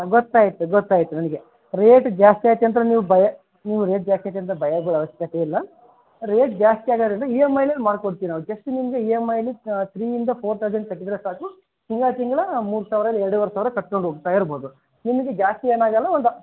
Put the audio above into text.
ಗೊತ್ತಾಯಿತು ಗೊತ್ತಾಯಿತು ನನಗೆ ರೇಟ್ ಜಾಸ್ತಿ ಆಯ್ತು ಅಂತ ನೀವು ಭಯ ನೀವು ರೇಟ್ ಜಾಸ್ತಿ ಆಯ್ತು ಅಂತ ಭಯ ಬೀಳೋ ಅವಶ್ಯಕತೆ ಇಲ್ಲ ರೇಟ್ ಜಾಸ್ತಿ ಆಗ್ಯದಂದರೆ ಇ ಎಮ್ ಐಲಿ ಮಾಡ್ಕೊಡ್ತಿವಿ ನಾವು ಜಸ್ಟ್ ನಿಮಗೆ ಇ ಎಮ್ ಐಲಿ ತ್ರೀಯಿಂದ ಫೋರ್ ತೌಸನ್ ಕಟ್ಟಿದರೆ ಸಾಕು ತಿಂಗ್ಳು ತಿಂಗ್ಳು ಮೂರು ಸಾವಿರ ಇಲ್ಲ ಎರಡುವರೆ ಸಾವಿರ ಕಟ್ಕಂಡು ಹೋಗ್ತಾ ಇರ್ಬೋದು ನಿಮಗೆ ಜಾಸ್ತಿ ಏನಾಗಲ್ಲ ಒಂದು